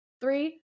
three